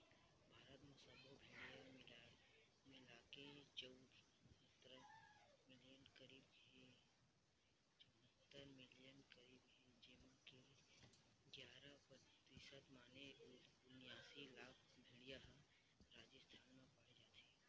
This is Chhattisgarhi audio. भारत म सब्बो भेड़िया मिलाके चउहत्तर मिलियन करीब हे जेमा के गियारा परतिसत माने उनियासी लाख भेड़िया ह राजिस्थान म पाए जाथे